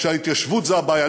שההתיישבות היא הבעיה.